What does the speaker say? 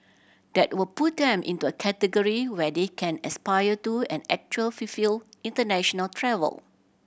that will put them into a category where they can aspire to and actually fulfil international travel